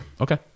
Okay